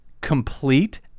complete